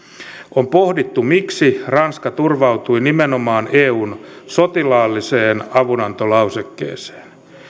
on pohdittu miksi ranska turvautui nimenomaan eun sotilaalliseen avunantolausekkeeseen